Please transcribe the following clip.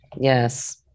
Yes